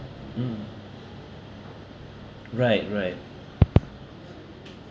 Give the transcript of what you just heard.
mm right right